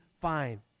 fine